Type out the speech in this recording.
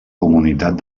comunitat